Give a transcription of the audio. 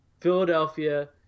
Philadelphia